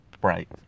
bright